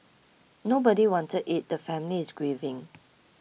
nobody wanted it the family is grieving